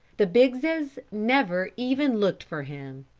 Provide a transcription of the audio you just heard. the biggses never even looked for him.